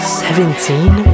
seventeen